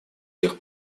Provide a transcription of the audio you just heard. тех